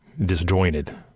disjointed